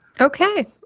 Okay